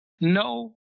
No